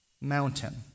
Mountain